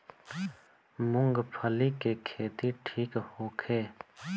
मूँगफली के खेती ठीक होखे?